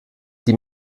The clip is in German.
die